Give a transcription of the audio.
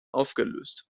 aufgelöst